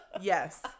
Yes